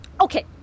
Okay